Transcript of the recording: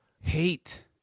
hate